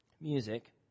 music